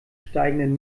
steigenden